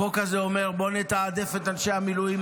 החוק הזה אומר: בוא נתעדף את אנשי המילואים